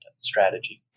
strategy